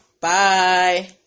Bye